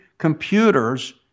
Computers